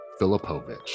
filipovich